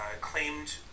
claimed